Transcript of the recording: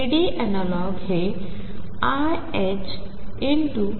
3D अॅनालॉगहेiℏdψrtdt 22m2rtVrψrt